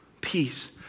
Peace